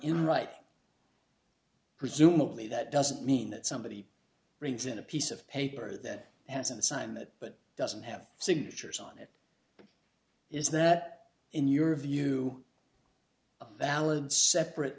in right presumably that doesn't mean that somebody brings in a piece of paper that hasn't signed that but doesn't have signatures on it is that in your view valid separate